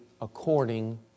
according